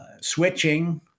switching